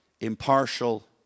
impartial